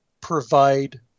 provide